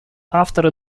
авторы